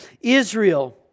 Israel